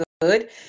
good